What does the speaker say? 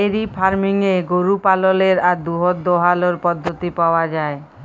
diary ফার্মিংয়ে গরু পাললের আর দুহুদ দহালর পদ্ধতি পাউয়া যায়